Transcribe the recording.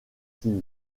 qui